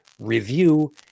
review